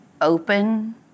open